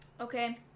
Okay